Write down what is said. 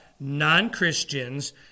non-Christians